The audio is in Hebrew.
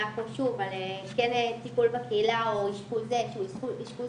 היה פה שוב על כן טיפול בקהילה או אשפוז סגור,